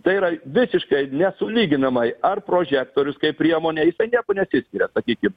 tai yra visiškai nesulyginamai ar prožektorius kaip priemonė jisai niekuo nesiskiria sakykim